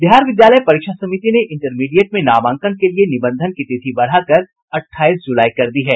बिहार विद्यालय परीक्षा समिति ने इंटरमीडिएट में नामांकन के लिए निबंधन की तिथि बढ़ाकर अट्ठाईस जुलाई कर दी है